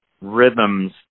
rhythms